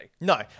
No